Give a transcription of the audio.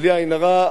בלי עין הרע,